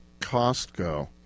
Costco